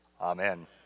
Amen